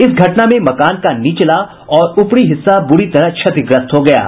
इस घटना में मकान का निचला और ऊपरी हिस्सा बुरी तरह क्षतिग्रस्त हो गया है